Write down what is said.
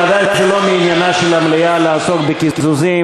זה ודאי לא מעניינה של המליאה לעסוק בקיזוזים.